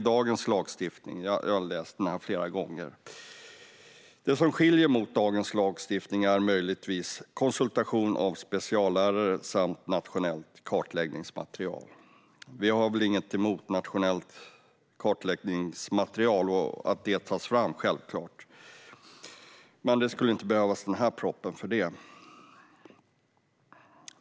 Det som skiljer mot dagens lagstiftning är möjligtvis konsultation av speciallärare samt nationellt kartläggningsmaterial. Vi har inget emot att ett nationellt kartläggningsmaterial tas fram, men det skulle inte behövas en proposition för det.